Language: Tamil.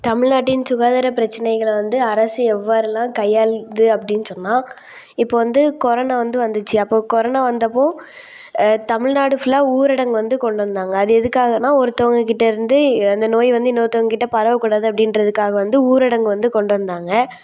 தமிழ்நாட்டின் சுகாதார பிரச்சனைகள வந்து அரசு எவ்வாறெல்லாம் கையாளுது அப்படினு சொன்னால் இப்போது வந்து கொரோனா வந்து வந்துச்சு அப்போ கொரோனா வந்தப்போ தமிழ்நாடு ஃபுல்லா ஊரடங்கு வந்து கொண்டு வந்தாங்க அது எதுக்காகன்னா ஒருத்தவங்க கிட்டேருந்து அந்த நோய் வந்து இன்னொருத்தங்கக் கிட்ட பரவக்கூடாது அப்படின்றத்துக்காக வந்து ஊரடங்கு வந்து கொண்டு வந்தாங்க